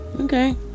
Okay